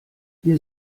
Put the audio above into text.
wir